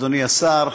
אדוני השר,